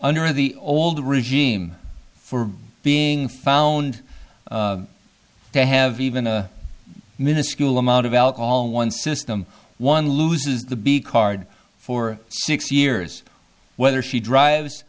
under the old regime for being found to have even a minuscule amount of alcohol one system one loses the b card for six years whether she drives